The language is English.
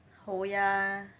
Hoya